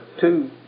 two